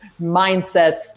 mindsets